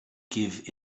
give